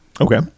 Okay